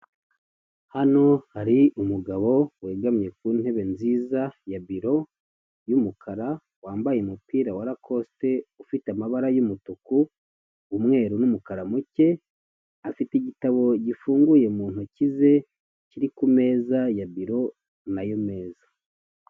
Hano hari umugabo wegamye ku ntebe nziza ya biro y'umukara, wambaye umupira wa rakosite ufite amabara y'umutuku, umweru n'umukara muke, afite igitabo gifunguye mu ntoki ze kiri ku meza ya biro na yo meza.